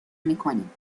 میکنیم